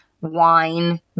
wine